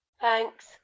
Thanks